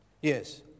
Yes